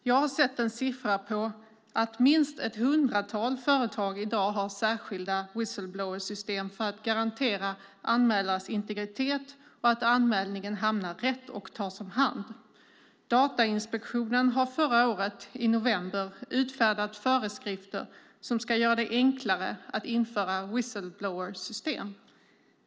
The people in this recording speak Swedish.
Jag har sett en siffra på att minst ett hundratal företag i dag har särskilda whistle-blower-system för att garantera anmälarens integritet och att anmälningen hamnar rätt och tas omhand. Datainspektionen har i november förra året utfärdat föreskrifter som ska göra det enklare att införa whistle-blower-system.